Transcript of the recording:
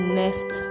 next